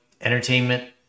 entertainment